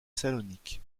salonique